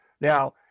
Now